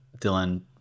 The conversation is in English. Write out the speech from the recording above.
Dylan